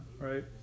right